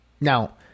Now